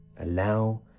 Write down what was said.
Allow